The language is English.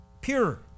pure